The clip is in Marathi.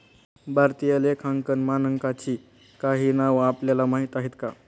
भारतीय लेखांकन मानकांची काही नावं आपल्याला माहीत आहेत का?